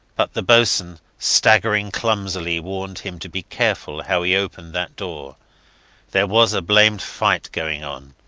but the boatswain, staggering clumsily, warned him to be careful how he opened that door there was a blamed fight going on.